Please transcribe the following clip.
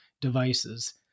devices